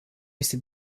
este